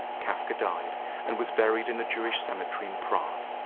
kafka died and was buried in the jewish cemetery in prague.